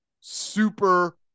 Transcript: super